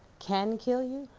can kill you,